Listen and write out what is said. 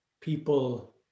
people